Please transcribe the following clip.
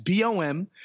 BOM